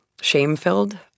shame-filled